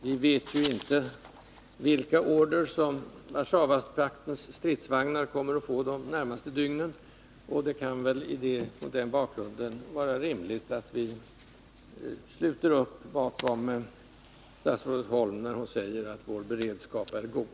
Vi vet ju inte vilka order som Warszawapaktens stridsvagnar kommer att få de närmaste dygnen, och det kan väl mot den bakgrunden vara rimligt att vi sluter upp bakom statsrådet Holm när hon säger att vår beredskap är god.